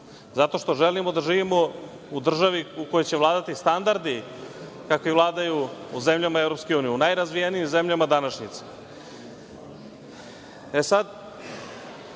zato što želimo da živimo u državi u kojoj će vladati standardi kakvi vladaju u zemljama EU, u najrazvijenijim zemljama današnjice.E